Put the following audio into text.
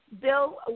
Bill